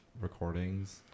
recordings